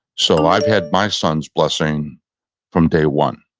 so i've had my son's blessing from day one.